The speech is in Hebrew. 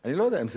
אני לא יודע אם זה